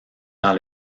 dans